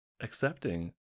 accepting